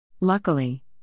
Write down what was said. Luckily